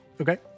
Okay